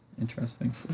Interesting